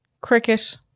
cricket